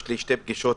יש לי שתי פגישות,